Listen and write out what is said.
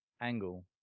angle